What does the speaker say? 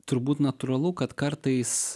turbūt natūralu kad kartais